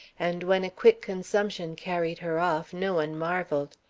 and when a quick consumption carried her off no one marvelled.